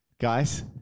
Guys